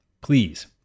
please